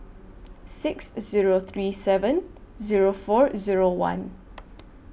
six Zero three seven Zero four Zero one